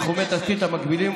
בתחומי תשתית מקבילים,